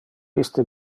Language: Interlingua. iste